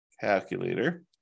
Calculator